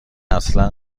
اصلا